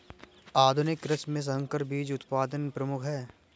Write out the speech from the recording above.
आधुनिक कृषि में संकर बीज उत्पादन प्रमुख है